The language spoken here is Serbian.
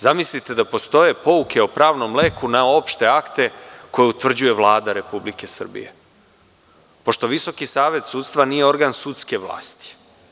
Zamislite da postoje pouke o pravnom leku na opšte akte koje utvrđuje Vlade Republike Srbije, pošto VSS nije organ sudske vlasti.